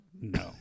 No